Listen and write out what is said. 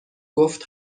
گفت